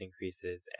increases